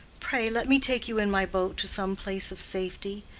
pray let me take you in my boat to some place of safety.